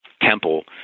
temple